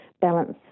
balance